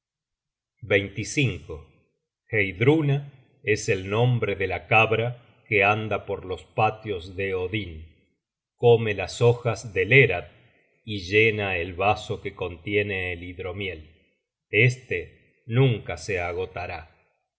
grande heidruna es el nombre de la cabra que anda por los patios de odin come las hojas de lerad y llena el vaso que contiene el hidromiel este nunca se agotará